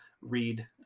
read